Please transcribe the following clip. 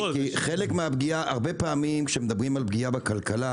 הרבה פעמים כאשר מדברים על פגיעה בכלכלה,